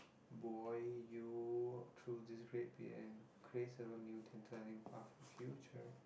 boy you walk through this and create a new tantalizing path for your future